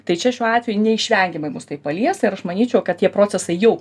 tai čia šiuo atveju neišvengiamai mus tai palies ir aš manyčiau kad tie procesai jau